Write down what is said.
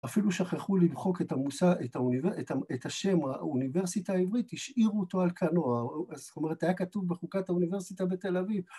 ‫אפילו שכחו למחוק את המושג... את האוניב... את השם ‫האוניברסיטה העברית, ‫השאירו אותו על כנו. ‫זאת אומרת, היה כתוב ‫בחוקת האוניברסיטה בתל אביב.